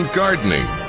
gardening